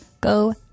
go